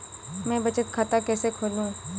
मैं बचत खाता कैसे खोलूँ?